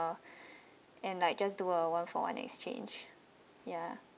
customer and like just do a one for one exchange ya